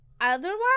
Otherwise